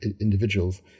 individuals